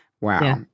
Wow